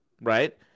right